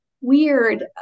weird